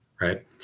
right